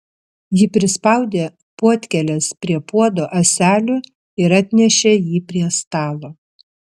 ji prispaudė puodkėles prie puodo ąselių ir atnešė jį prie stalo